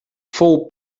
fou